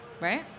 Right